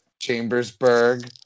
Chambersburg